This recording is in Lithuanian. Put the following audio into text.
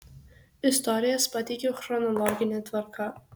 istorijas pateikiau chronologine tvarka